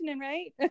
right